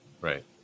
right